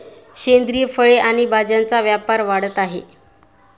सेंद्रिय फळे आणि भाज्यांचा व्यापार वाढत आहे